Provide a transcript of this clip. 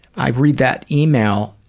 i read that email,